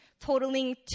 totaling